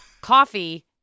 coffee